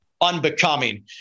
unbecoming